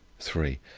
three.